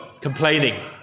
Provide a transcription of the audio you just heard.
complaining